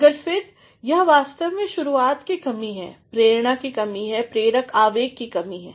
मगर फिर यह वास्तव में शुरुआत की कमी हैप्रेरणा की कमी है प्रेरक आवेग की कमी है